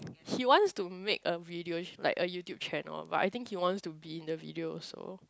he wants to make a video like a YouTube channel but I think he wants to be in the video also